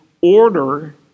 order